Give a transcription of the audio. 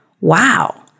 wow